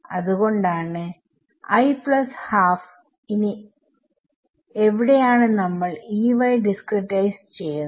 അത് കൊണ്ടാണ് ഇനി എവിടെയാണ് നമ്മൾ ഡിസ്ക്രിട്ടയിസ് ചെയ്യുന്നത്